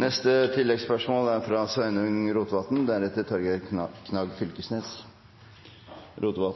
Sveinung Rotevatn – til oppfølgingsspørsmål. Det er